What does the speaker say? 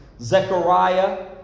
Zechariah